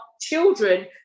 children